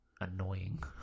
annoying